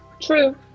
True